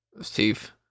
Steve